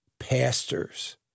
Pastors